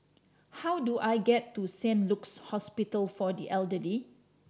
how do I get to Saint Luke's Hospital for the Elderly